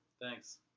Thanks